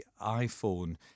iPhone